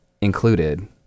included